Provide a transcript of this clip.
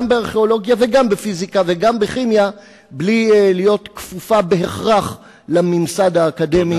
בארכיאולוגיה וגם בפיזיקה וגם בכימיה בלי להיות כפופה בהכרח לממסד האקדמי,